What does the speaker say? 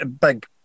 big